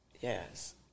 Yes